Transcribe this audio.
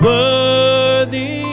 Worthy